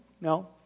no